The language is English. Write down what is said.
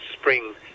spring